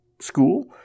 school